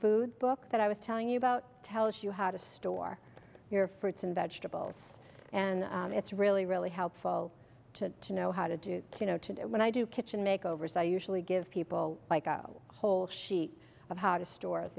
food book that i was telling you about tells you how to store your fruits and vegetables and it's really really helpful to know how to do you know today when i do kitchen make over so usually give people like oh whole sheet of how to store